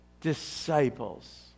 disciples